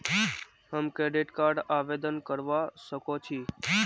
हम credit card आवेदन करवा संकोची?